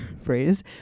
phrase